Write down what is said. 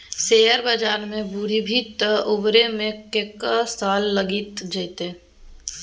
share बजार मे बुरभी तँ उबरै मे कैक साल लगि जेतौ